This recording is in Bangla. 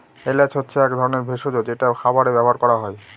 এলাচ হচ্ছে এক ধরনের ভেষজ যেটা খাবারে ব্যবহার করা হয়